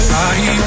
Body